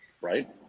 right